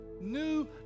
new